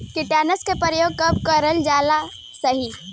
कीटनाशक के प्रयोग कब कराल सही रही?